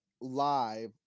live